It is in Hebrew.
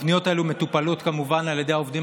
הפניות האלה מטופלות כמובן על ידי העובדים